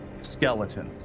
skeletons